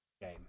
game